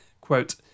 quote